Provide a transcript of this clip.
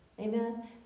amen